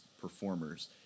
performers